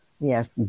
Yes